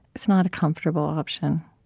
it's not a comfortable option.